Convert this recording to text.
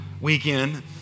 weekend